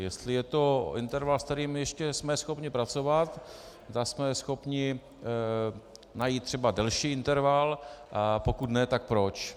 Jestli je to interval, se kterým jsme ještě schopni pracovat, zda jsme schopni najít třeba delší interval, a pokud ne, tak proč.